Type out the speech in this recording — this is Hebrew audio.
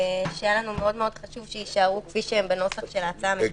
שהיה לנו מאוד מאוד חשוב שיישארו כפי שהם בנוסח של ההצעה הממשלתית.